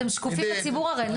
אתם שקופים לציבור הרי.